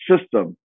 system